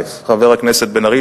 חבר הכנסת בן-ארי,